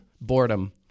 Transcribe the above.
boredom